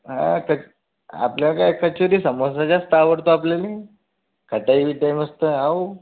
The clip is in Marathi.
हा आत आपलं काय कचोरी समोसा जास्त आवडतो आपल्याला खटाई बिटाई मस्त हो